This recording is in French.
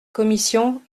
commission